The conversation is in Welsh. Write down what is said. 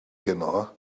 heno